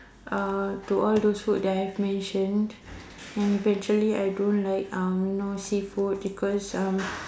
uh to all those food that I've mentioned and eventually I don't like uh you know seafood because uh